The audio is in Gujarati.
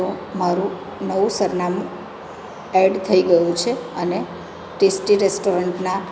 તો મારું નવું સરનામું એડ થઈ ગયું છે અને ટેસ્ટી રેસ્ટોરન્ટના